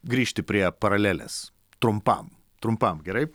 grįžti prie paralelės trumpam trumpam gerai